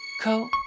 co